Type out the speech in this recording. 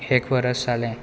एक वरस जालें